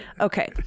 Okay